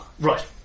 Right